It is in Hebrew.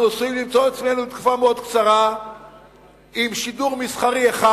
אנחנו עשויים למצוא את עצמנו בתקופה מאוד קצרה עם שידור מסחרי אחד.